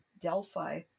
Delphi